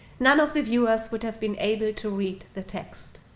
none of the viewers would have been able to read the text.